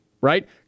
right